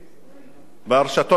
והרשתות החברתיות,